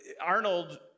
Arnold